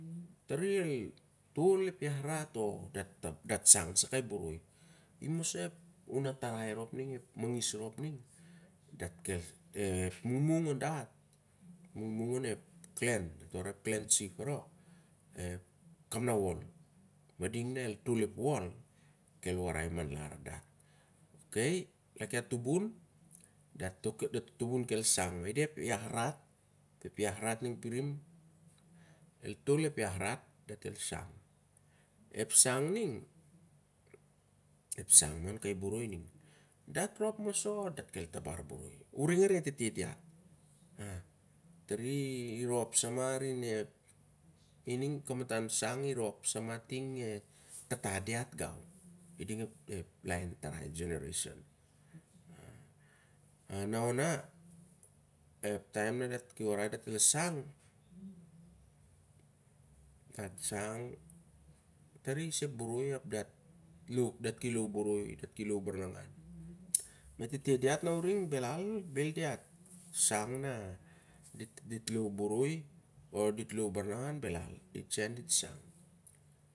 Tare el tol ep yahrat o, dat shang sa kai boroi. Imosa a unatari rop ning, ep mangis rop ning, ep mangmung on dat ep ilan, dat warai ep clan chief arch? Ep kamnael, e mading na el tol ep yalrat, dat el shang. Ep shang ning ep shang ma an kai boroi ining dat rop naosa dat kel tabar boroi, uring arine tete diat. Tarer irop sama arin, i ning to kamatan shang ning irop sama arin i ning to ariche e tata diat gau, i ding ep laien tara, ep generisen. Na ana ep tian dat ki warai dat el shang, dat shang, tare isa ep bproi ep dat ki lou baranangan. me tete diat na uring belal, bel. bel diat shang na di loua boroi o diat shang na di loua boroi o diat loua baranangan, belhat dit sen dit shang